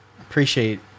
appreciate